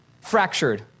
fractured